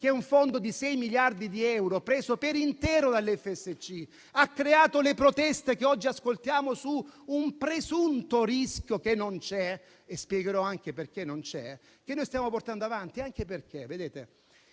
che è un fondo di 6 miliardi di euro preso per intero dal FSC e ha creato le proteste che oggi ascoltiamo su un presunto rischio che non c'è (spiegherò anche perché non c'è), che noi stiamo portando avanti. Creare